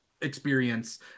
experience